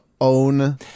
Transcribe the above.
own